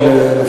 מאוד.